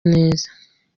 neza